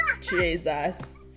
Jesus